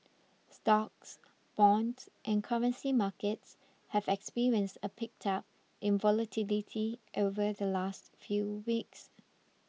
stocks bonds and currency markets have experienced a pickup in volatility over the last few weeks